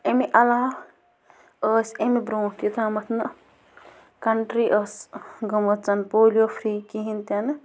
اَمہِ علاوٕ ٲسۍ اَمہِ برٛونٛٹھ یوٚتامَتھ نہٕ کَنٛٹِرٛی ٲس گٔمٕژ پولیو فِرٛی کِہیٖنۍ تہِ نہٕ